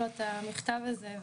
המכתב הזה.